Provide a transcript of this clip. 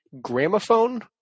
gramophone